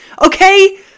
Okay